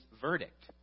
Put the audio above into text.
verdict